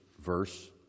verse